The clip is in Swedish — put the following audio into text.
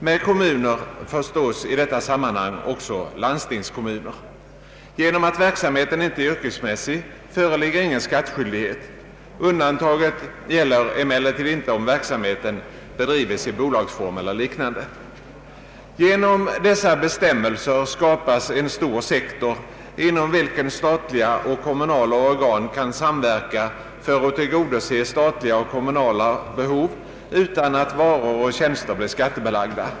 Med kommuner förstås i detta sammanhang också landstingskommuner. Genom att verksamheten inte anses som yrkesmässig föreligger ingen skattskyldighet. Undantaget gäller emellertid inte om verksamheten bedrivs i bolagsform eller liknande. Genom dessa bestämmelser skapas en stor sektor inom vilken statliga och kommunala organ kan samverka för att tillgodose statliga och kommunala behov utan att varor och tjänster blir skattebelagda.